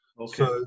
Okay